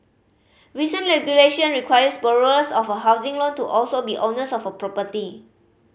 recent regulation requires borrowers of a housing loan to also be owners of a property